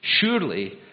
Surely